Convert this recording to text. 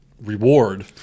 reward